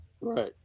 Right